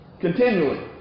continually